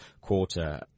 quarter